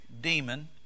demon